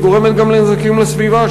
והיא גורמת גם לנזקים לסביבה,